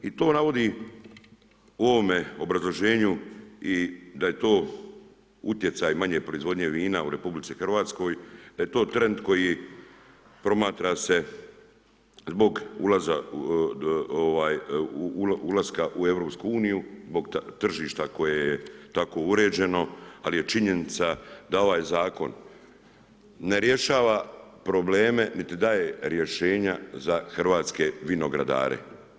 I to navodi u ovome obrazloženju i da je to utjecaj manje proizvodnje vina u RH, da je to trend koji promatra se ulaska u EU, zbog tržišta koje je tako uređeno, ali je činjenica da ovaj zakon ne rješava probleme niti daje rješenja za hrvatske vinogradare.